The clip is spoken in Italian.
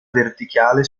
verticale